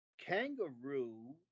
kangaroo